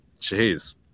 jeez